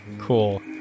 Cool